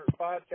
podcast